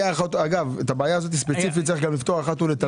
אגב את הבעיה הזו ספציפית יש לפתור אחת ולתמיד.